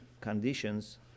conditions